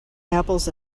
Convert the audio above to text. apples